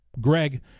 greg